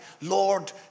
Lord